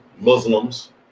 Muslims